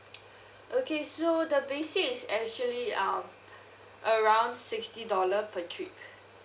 okay so the basic is actually um around sixty dollar per trip